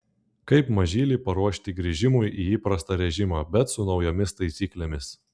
kaip mažylį paruošti grįžimui į įprastą režimą bet su naujomis taisyklėmis